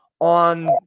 on